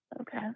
Okay